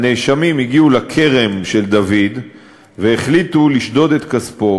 הנאשמים הגיעו לכרם של דוד והחליטו לשדוד את כספו.